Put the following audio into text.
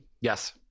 Yes